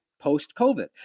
post-COVID